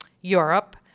Europe